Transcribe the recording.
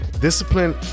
discipline